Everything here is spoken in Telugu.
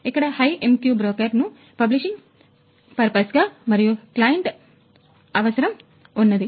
ఇక్కడ HiveMQ బ్రోకర్ broker ను పబ్లిషింగ్ పర్పస్ గా మరియు క్లయింట్ అవసరం ఉన్నది